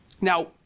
Now